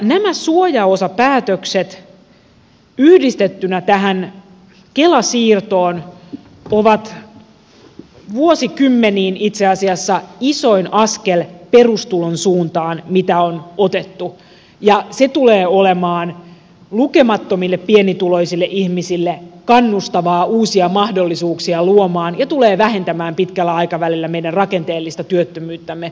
nämä suojaosapäätökset yhdistettynä tähän kela siirtoon ovat vuosikymmeniin itse asiassa isoin askel perustulon suuntaan mitä on otettu ja se tulee olemaan lukemattomille pienituloisille ihmisille kannustavaa uusia mahdollisuuksia luovaa ja tulee vähentämään pitkällä aikavälillä meidän rakenteellista työttömyyttämme